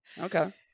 Okay